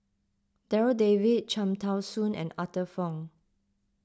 Darryl David Cham Tao Soon and Arthur Fong